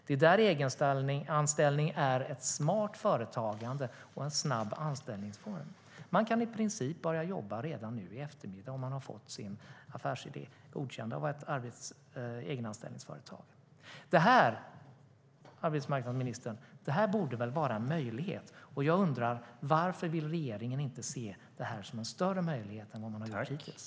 Det är där egenanställning är ett smart företagande och en snabb anställningsform. Man kan i princip börja jobba redan i eftermiddag om man har fått sin affärsidé godkänd av ett egenanställningsföretag. Det här, arbetsmarknadsministern, borde väl vara en möjlighet. Jag undrar: Varför vill regeringen inte se det här som en större möjlighet än man gjort hittills?